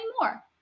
more